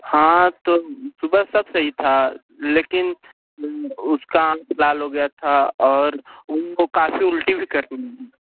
हाँ तो सुबह सब सही था लेकिन उसका आँख लाल हो गया था और उनको काफ़ी उल्टी भी करली है